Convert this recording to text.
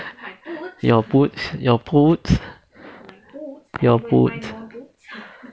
your boots your boots your boots